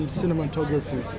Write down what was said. cinematography